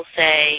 say